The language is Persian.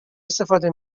استفاده